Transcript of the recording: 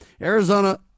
Arizona